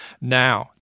Now